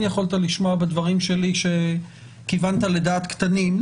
יכולת לשמוע בדברים שלי שכיוונת לדעת קטנים.